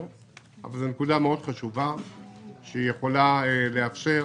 אבל זו נקודה חשובה מאוד שיכולה לאפשר